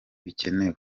bikenewe